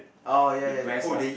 the breast ah